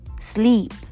sleep